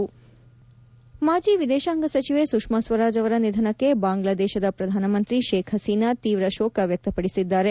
ಸಾಂಪ್ ಮಾಜಿ ವಿದೇಶಾಂಗ ಸಚಿವೆ ಸುಷ್ಮಾ ಸ್ವರಾಜ್ ಅವರ ನಿಧನಕ್ಕೆ ಬಾಂಗ್ಲಾ ದೇಶದ ಪ್ರಧಾನಮಂತ್ರಿ ಶೇಬ್ ಹಸೀನಾ ತೀವ್ರ ಶೋಕ ವ್ಹಕ್ತಪಡಿಸಿದ್ದಾರೆ